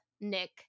Nick